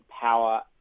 power